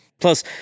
Plus